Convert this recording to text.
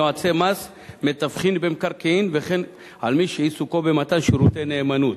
יועצי מס ומתווכים במקרקעין וכן על מי שעיסוקו במתן שירותי נאמנות.